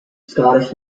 scottish